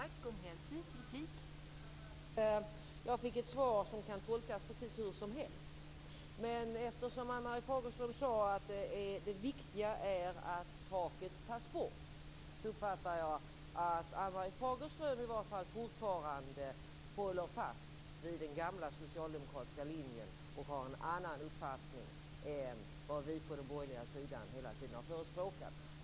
Fru talman! Jag konstaterar att jag fick ett svar som kan tolkas precis hur som helst. Men eftersom Ann-Marie Fagerström sade att det viktiga är att taket tas bort uppfattar jag det så att i varje fall Ann-Marie Fagerström håller fast vid den gamla socialdemokratiska linjen och har en annan uppfattning än den vi på den borgerliga sidan hela tiden har förespråkat.